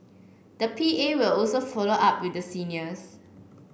the P A will also follow up with the seniors